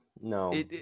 no